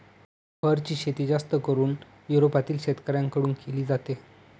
फरची शेती जास्त करून युरोपातील शेतकऱ्यांन कडून केली जाते